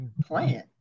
Plan